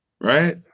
right